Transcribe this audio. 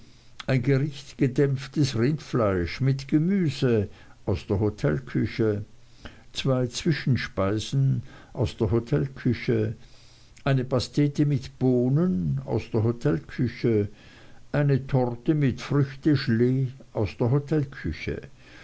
ein gericht gedämpftes rindfleisch mit gemüse aus der hotelküche zwei zwischenspeisen aus der hotelküche eine pastete mit bohnen aus der hotelküche eine torte mit früchtengelee aus der